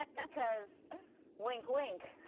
like because wink wink,